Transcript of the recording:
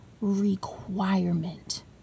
requirement